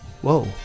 Whoa